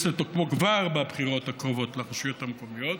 לתוקפו כבר בבחירות הקרובות לרשויות המקומיות